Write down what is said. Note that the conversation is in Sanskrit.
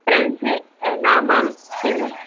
ब्रेञ्च् नाम किम्